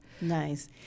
Nice